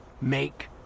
make